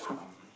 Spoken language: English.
um